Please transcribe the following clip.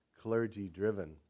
clergy-driven